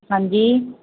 ਹਾਂਜੀ